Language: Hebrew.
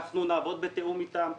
אנחנו נעבוד בתיאום איתם.